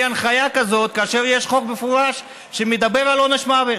הנחיה כזאת כאשר יש חוק מפורש שמדבר על עונש מוות.